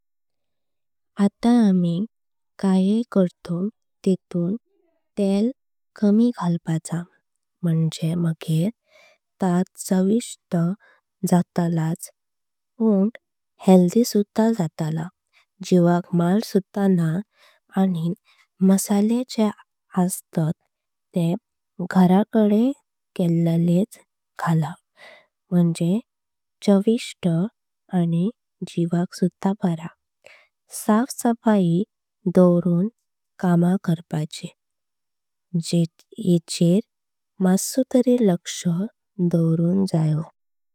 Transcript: आतां आमी कयय करतो तेतुं त्याला कामी घालपाच म्हंजे। मगे ता चविसठ जाटलाच पण हेल्थी सुध्दा जातालां जीवाक। माल सुध्दा नां आणी मसाले जे आसात ते। घराकडे केलेलेच घालां म्हंजे चविसठ आणी। जीवाक बरा साफ सफाई दोव्रुन कामा करपाचे। येचेर मासो तरी लक्ष दॉव्रुंक जायो।